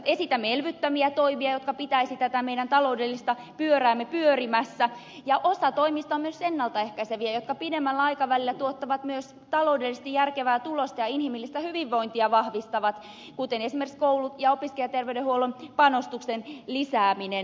esitämme elvyttäviä toimia jotka pitäisivät tätä meidän taloudellista pyöräämme pyörimässä ja osa toimista on myös ennalta ehkäiseviä jotka pidemmällä aikavälillä tuottavat myös taloudellisesti järkevää tulosta ja vahvistavat inhimillistä hyvinvointia kuten esimerkiksi koulu ja opiskelijaterveydenhuollon panostusten lisääminen